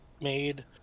made